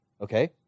okay